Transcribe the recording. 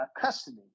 custody